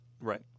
right